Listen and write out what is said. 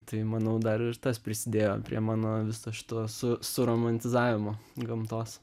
tai manau dar ir tas prisidėjo prie mano viso šito su suromantizavimo gamtos